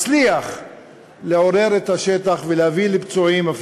מצליח לעורר את השטח ולהביא לפצועים,